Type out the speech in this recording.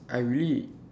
I really